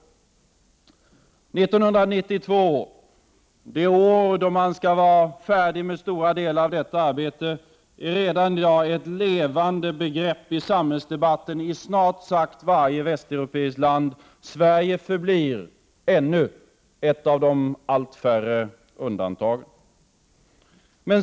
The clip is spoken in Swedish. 1992, det år då man skall vara färdig med stora delar av detta arbete, är redan i dag ett levande begrepp i samhällsdebatten i snart sagt varje västeuropeiskt land. Sverige förblir ännu ett av de allt färre undantagen.